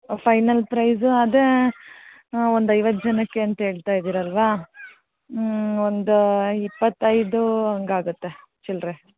final prize ಅದೇ ಒಂದು ಐವತ್ತು ಜನಕ್ಕೆ ಅಂತ ಹೇಳ್ತಾ ಇದೀರಾ ಅಲ್ವಾ ಹ್ಞೂ ಒಂದ ಇಪ್ಪತ್ತು ಐದು ಹಂಗೆ ಆಗುತ್ತೆ ಚಿಲ್ಲರೆ